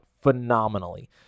phenomenally